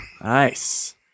Nice